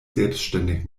selbstständig